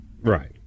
Right